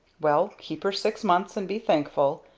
well keep her six months and be thankful.